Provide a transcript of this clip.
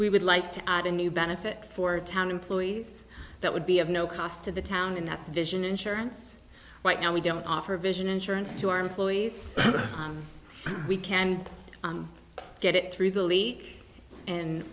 we would like to add a new benefit for town employees that would be of no cost to the town and that's vision insurance right now we don't offer vision insurance to our employees we can get it through the leak and